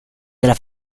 della